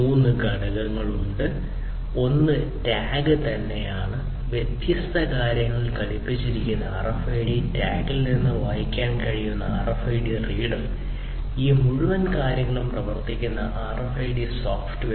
3 ഘടകങ്ങളുണ്ട് ഒന്ന് ടാഗ് തന്നെയാണ് വ്യത്യസ്ത കാര്യങ്ങളിൽ ഘടിപ്പിച്ചിരിക്കുന്ന RFID ടാഗ് ടാഗിൽ നിന്ന് വായിക്കാൻ കഴിയുന്ന RFID റീഡർ ഈ മുഴുവൻ കാര്യങ്ങളും പ്രവർത്തിപ്പിക്കുന്ന RFID സോഫ്റ്റ്വെയർ